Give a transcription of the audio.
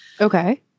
Okay